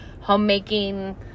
homemaking